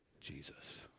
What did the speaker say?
Jesus